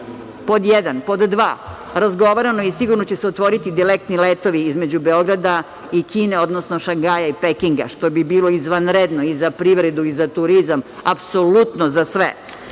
pod jedan. Pod dva, razgovarano je i sigurno će se otvoriti direktni letovi između Beograda i Kine, odnosno Šangaja i Pekinga, što bi bilo izvanredno i za privredu i za turizam, apsolutno za sve.